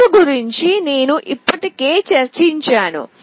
code గురించి నేను ఇప్పటికే చర్చించాను